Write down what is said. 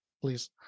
please